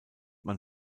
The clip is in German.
man